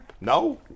No